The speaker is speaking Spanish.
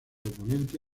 oponente